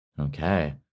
Okay